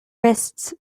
wrists